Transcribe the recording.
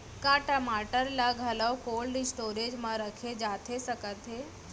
का टमाटर ला घलव कोल्ड स्टोरेज मा रखे जाथे सकत हे?